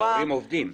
ההורים עובדים.